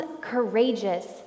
courageous